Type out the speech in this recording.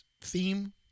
theme